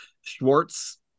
schwartz